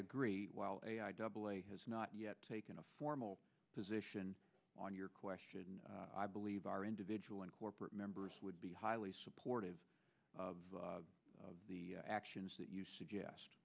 agree while a double a has not yet taken a formal position on your question i believe our individual and corporate members would be highly supportive of the actions that you suggest